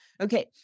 Okay